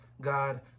God